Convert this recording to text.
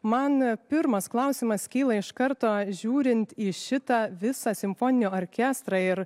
man pirmas klausimas kyla iš karto žiūrint į šitą visą simfoninį orkestrą ir